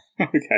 okay